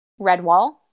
Redwall